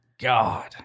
God